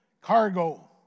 cargo